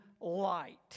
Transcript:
light